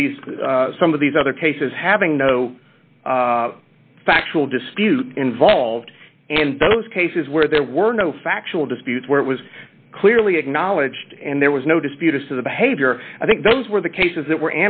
of these some of these other cases having the factual dispute involved and those cases where there were no factual disputes where it was clearly acknowledged and there was no dispute as to the behavior i think those were the cases that were